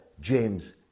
James